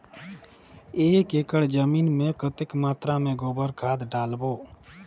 एक एकड़ जमीन मे कतेक मात्रा मे गोबर खाद डालबो?